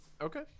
okay